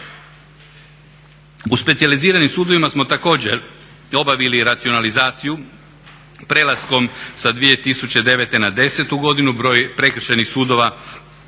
U specijaliziranim sudovima smo također obavili racionalizaciju prelaskom sa 2009. na 2010. godinu, broj prekršajnih sudova